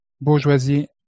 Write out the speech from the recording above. bourgeoisie